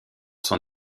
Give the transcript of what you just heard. son